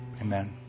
Amen